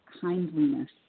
kindliness